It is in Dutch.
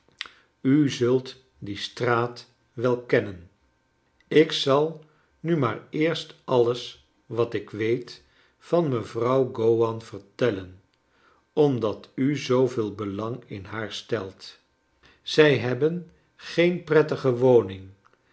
u zult die straat wel kennen ik zal nu maar eerst alles wat ik west van mevrouw gowan vertellen omdat u zooveel belang in haar stelt zij hebben geen prettige woning